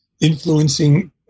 influencing